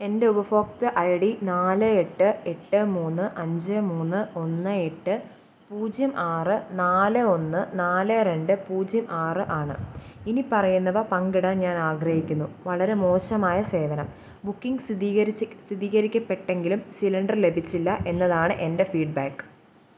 എൻ്റെ ഉപഭോക്തൃ I D നാല് എട്ട് എട്ട് മൂന്ന് അഞ്ച് മൂന്ന് ഒന്ന് എട്ട് പൂജ്യം ആറ് നാല് ഒന്ന് നാല് രണ്ട് പൂജ്യം ആറ് ആണ് ഇനിപ്പറയുന്നവ പങ്കിടാൻ ഞാൻ ആഗ്രഹിക്കുന്നു വളരെ മോശമായ സേവനം ബുക്കിംഗ് സ്ഥിതി സ്ഥിരീകരിക്കപ്പെട്ടെങ്കിലും സിലിണ്ടർ ലഭിച്ചില്ല എന്നതാണ് എൻ്റെ ഫീഡ് ബാക്ക്